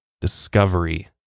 discovery